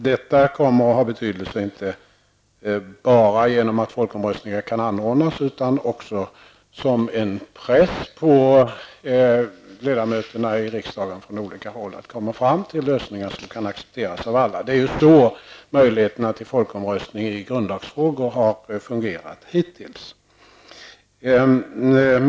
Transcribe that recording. Detta får betydelse inte bara för att folkomröstningar skall kunna anordnas utan också därför att det blir en press på ledamöterna i riksdagen att försöka komma fram till lösningar som kan accepteras av alla. Det är ju så bestämmelserna i grundlagen om folkomröstning hittills har fungerat.